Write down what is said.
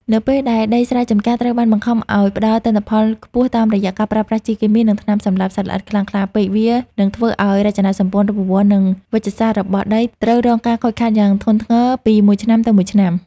នៅពេលដែលដីស្រែចម្ការត្រូវបានបង្ខំឱ្យផ្ដល់ទិន្នផលខ្ពស់តាមរយៈការប្រើប្រាស់ជីគីមី និងថ្នាំសម្លាប់សត្វល្អិតខ្លាំងក្លាពេក វានឹងធ្វើឱ្យរចនាសម្ព័ន្ធរូបវន្ត និងជីវសាស្ត្ររបស់ដីត្រូវរងការខូចខាតយ៉ាងធ្ងន់ធ្ងរពីមួយឆ្នាំទៅមួយឆ្នាំ។